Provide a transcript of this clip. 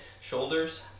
shoulders